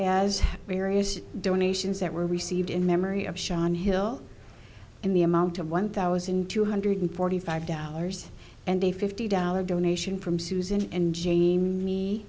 as various donations that were received in memory of sean hill in the amount of one thousand two hundred forty five dollars and a fifty dollar donation from susan and jamie